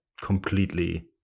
completely